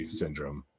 syndrome